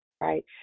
right